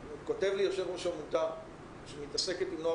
כותב לי יושב-ראש עמותה שמתעסקת עם נוער